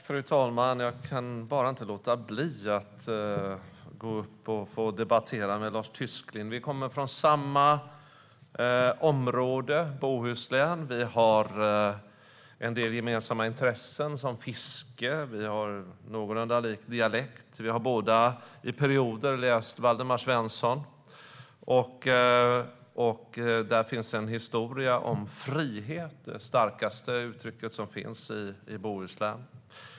Fru talman! Jag kan bara inte låta bli att gå upp och debattera med Lars Tysklind. Vi kommer från samma område, Bohuslän. Vi har en del gemensamma intressen, såsom fiske. Vi har någorlunda lika dialekter. Vi har båda i perioder läst Waldemar Svensson, och där finns en historia om frihet - det starkaste uttrycket som finns i Bohuslän.